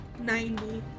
90